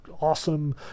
awesome